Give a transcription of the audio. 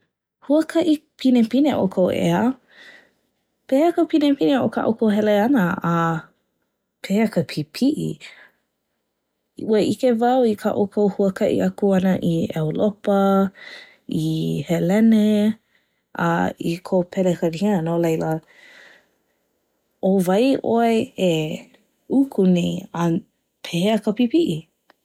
Huakaʻi pinepine ʻoukou ʻeā? Pehea ka pinepine o kā ʻoukou hele ʻana Ā…pehea ka pīpiʻi? Ua ʻike wau i kā ʻoukou huakaʻi ʻana i ʻEulopa, i Helene a i ko Pelekania no laila, ʻo wai ʻoe e uku nei? A pehea ka pīpiʻi?